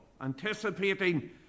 anticipating